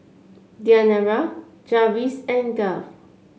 Diandra Jarvis and Garth